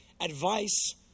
advice